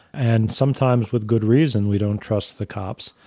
and sometimes with good reason, we don't trust the cops.